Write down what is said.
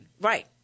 Right